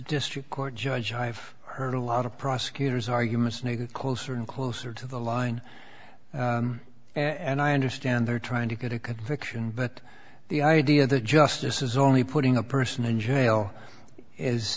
district court judge i've heard a lot of prosecutors arguments new closer and closer to the line and i understand they're trying to get a conviction but the idea that justice is only putting a person in jail is